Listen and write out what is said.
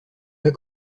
pas